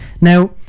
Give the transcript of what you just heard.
now